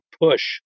push